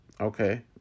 Okay